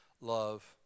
love